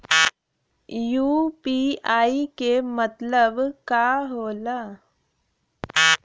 UPI के मतलब का होला?